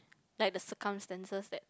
like the circumstances that